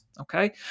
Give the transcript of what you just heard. Okay